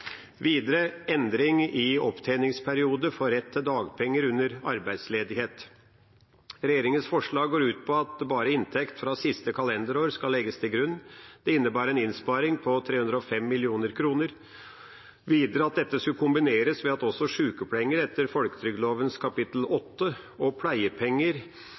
Videre gjelder det endring i opptjeningsperiode for rett til dagpenger under arbeidsledighet. Regjeringas forslag går ut på at bare inntekt fra siste kalenderår skal legges til grunn. Det innebærer en innsparing på 305 mill. kr. Videre skulle dette kombineres ved at også sykepenger etter folketrygdloven kapittel 8 og pleiepenger